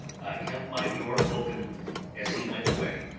held my door open as he went away,